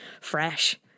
fresh